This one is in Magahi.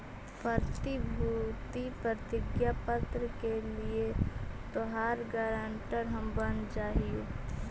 प्रतिभूति प्रतिज्ञा पत्र के लिए तोहार गारंटर हम बन जा हियो